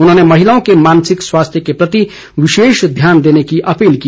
उन्होंने महिलाओं के मानसिक स्वास्थ्य के प्रति विशेष ध्यान देने की अपील की